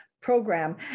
program